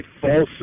false